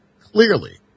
clearly